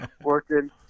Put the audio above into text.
working